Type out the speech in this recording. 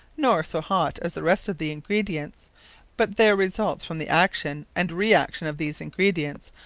nor so hot as the rest of the ingredients but there results from the action and re-action of these ingredients,